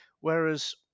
Whereas